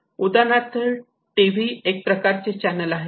उदाहरणार्थ टीव्ही एक प्रकारचे चॅनल आहे